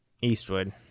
Eastwood